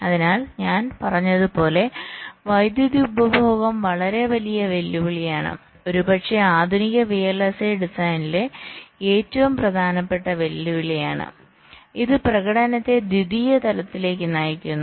അതിനാൽ ഞാൻ പറഞ്ഞതുപോലെ വൈദ്യുതി ഉപഭോഗം വളരെ വലിയ വെല്ലുവിളിയാണ് ഒരുപക്ഷേ ആധുനിക വിഎൽഎസ്ഐ ഡിസൈനിലെ ഏറ്റവും പ്രധാനപ്പെട്ട വെല്ലുവിളിയാണ് ഇത് പ്രകടനത്തെ ദ്വിതീയ തലത്തിലേക്ക് നയിക്കുന്നു